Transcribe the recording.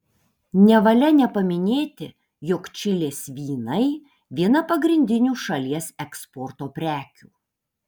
nevalia nepaminėti jog čilės vynai viena pagrindinių šalies eksporto prekių